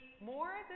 more